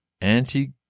Anti